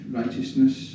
righteousness